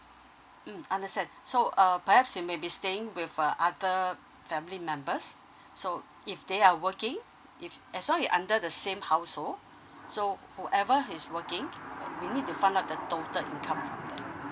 mm understand so uh perhaps you may be staying with uh other family members so if they are working if as long as they're under the same household so whoever is working we need to find out the total income